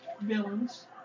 villains